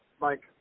Mike